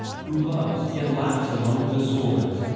who loves, yet laughs among the swords,